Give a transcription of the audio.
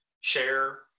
share